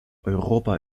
europa